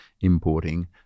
importing